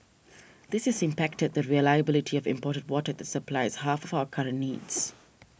this has impacted the reliability of imported water that supplies half of our current needs